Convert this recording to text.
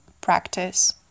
practice